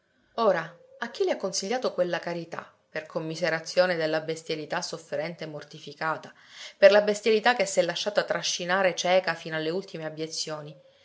ora a chi le ha consigliato quella carità per commiserazione della bestialità sofferente e mortificata per la bestialità che s'è lasciata trascinare cieca fino alle ultime abiezioni